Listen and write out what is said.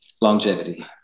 Longevity